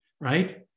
right